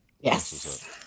Yes